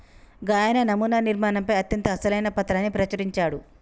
గాయన నమునా నిర్మాణంపై అత్యంత అసలైన పత్రాన్ని ప్రచురించాడు